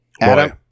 Adam